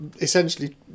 essentially